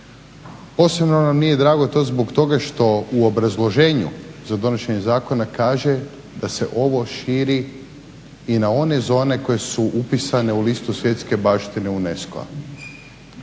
Posebno nam nije drago to zbog toga što u obrazloženju za donošenje zakona kaže da se ovo širi i na one zone koje su upitane u listu svjetske baštine UNESCO-a.